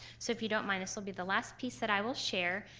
so if you don't mind, this will be the last piece that i will share.